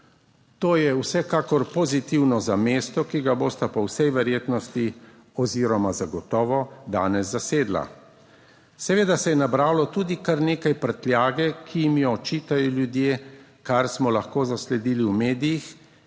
To je vsekakor pozitivno za mesto, ki ga bosta po vsej verjetnosti oziroma zagotovo danes zasedla. Seveda se je nabralo tudi kar nekaj prtljage, ki jim jo očitajo ljudje, kar smo lahko zasledili v medijih